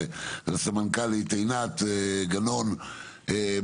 לסמנכ"לית עינת גנון,